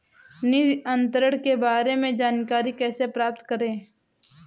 निधि अंतरण के बारे में जानकारी कैसे प्राप्त करें?